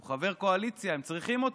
הוא חבר קואליציה, הם צריכים אותו.